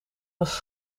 was